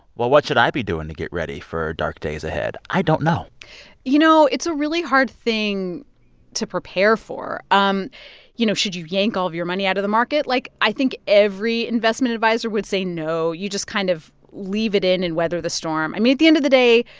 well, what should i be doing to get ready for dark days ahead? i don't know you know, it's a really hard thing to prepare for um you know, should you yank all of your money out of the market? like, i think every investment adviser would say, no, you just kind of leave it in and weather the storm. i mean, at the end of the day,